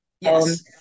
yes